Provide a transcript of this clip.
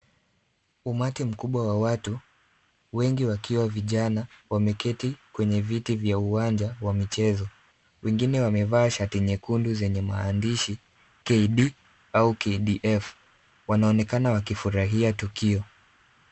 Umati mkubwa wa watu, wengi wakiwa vijana wameketi kwenye viti vya uwanja wa michezo. Wengine wamevaa shati nyekundu zenye maandishi KD au KDF. Wanaonekana wakifurahia tukio.